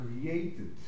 created